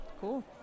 Cool